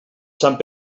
sant